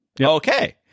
okay